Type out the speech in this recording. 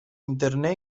internet